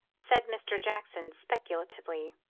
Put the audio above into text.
said mr. jackson, speculatively,